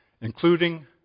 including